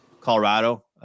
Colorado